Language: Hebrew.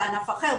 בענף אחר,